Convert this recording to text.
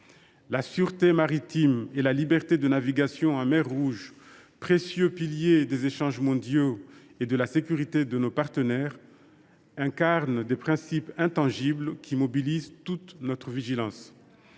La sûreté maritime et la liberté de navigation en mer Rouge, garanties fondamentales des échanges mondiaux et de la sécurité de nos partenaires, traduisent des principes intangibles qui mobilisent toute notre vigilance.